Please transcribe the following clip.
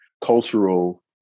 cultural